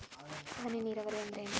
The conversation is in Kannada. ಹನಿ ನೇರಾವರಿ ಅಂದ್ರ ಏನ್?